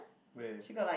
where